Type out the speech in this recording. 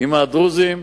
עם הדרוזים.